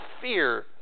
fear